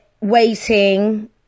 waiting